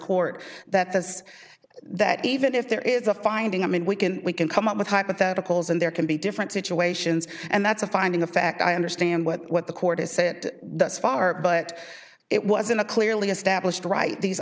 court that says that even if there is a finding i mean we can we can come up with hypotheticals and there can be different situations and that's a finding of fact i understand what the court has said that's far but it wasn't a clearly established right these